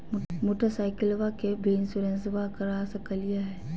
मोटरसाइकिलबा के भी इंसोरेंसबा करा सकलीय है?